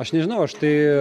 aš nežinau aš tai